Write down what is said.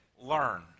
learn